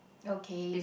okay